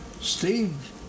Steve